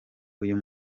uyu